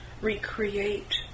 recreate